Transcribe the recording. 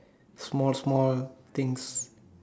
small small things